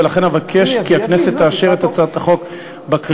ולכן אבקש כי הכנסת תאשר את הצעת החוק בקריאה